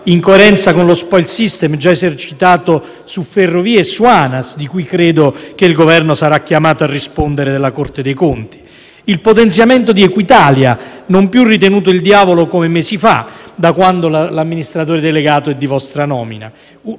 in coerenza con lo *spoil system* già esercitato su Ferrovie e su ANAS, di cui credo che il Governo sarà chiamato a rispondere dalla Corte dei conti; il potenziamento di Equitalia, non più ritenuto il diavolo come mesi fa, da quando l'amministratore delegato è di vostra nomina;